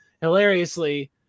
hilariously